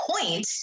point